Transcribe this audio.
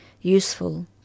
useful